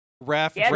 raf